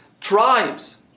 tribes